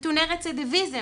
נתוני רצידיוויזם,